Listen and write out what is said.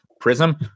prism